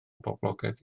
boblogaidd